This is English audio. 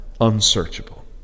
unsearchable